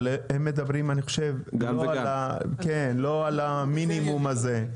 אבל הם מדברים, אני חושב, לא על המינימום הזה.